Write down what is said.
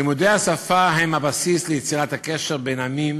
לימודי השפה הם הבסיס ליצירת הקשר בין העמים